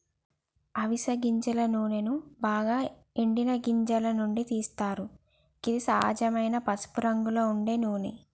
అవిస గింజల నూనెను బాగ ఎండిన గింజల నుండి తీస్తరు గిది సహజమైన పసుపురంగులో ఉండే నూనె